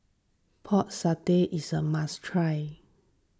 Pork Satay is a must try